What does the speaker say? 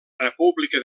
república